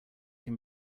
can